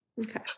Okay